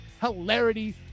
hilarity